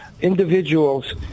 individuals